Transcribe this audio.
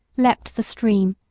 leaped the stream,